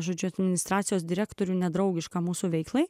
žodžiu administracijos direktoriui nedraugiška mūsų veiklai